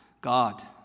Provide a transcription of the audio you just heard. God